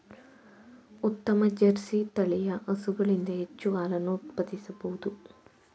ಉತ್ತಮ ಜರ್ಸಿ ತಳಿಯ ಹಸುಗಳಿಂದ ಹೆಚ್ಚು ಹಾಲನ್ನು ಉತ್ಪಾದಿಸಬೋದು